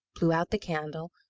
blew out the candle,